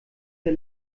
der